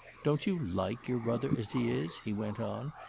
don't you like your brother as he is, he went on,